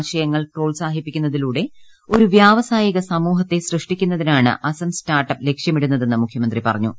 ആശയങ്ങൾ പ്രോത്സാഹിപ്പിക്കുന്നതിലൂടെ ഒരു വ്യവസായിക സമൂഹത്തെ സൃഷ്ടിക്കുന്നതിനാണ് അസ്സാം സ്റ്റാർട്ടപ്പ് ലക്ഷ്യമിടുന്നതെന്ന് മുഖ്യമന്ത്രി പറഞ്ഞു